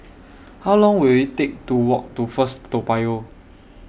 How Long Will IT Take to Walk to First Toa Payoh